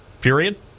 period